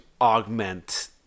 augment